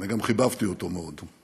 וגם חיבבתי אותו מאוד.